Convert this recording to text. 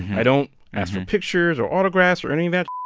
i don't ask for pictures or autographs or any of that.